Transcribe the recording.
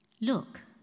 Look